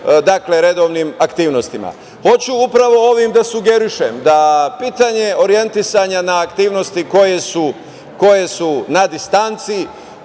redovnim aktivnostima. Hoću upravo ovim da sugerišem da pitanje orijentisanja na aktivnosti koje su na distanci i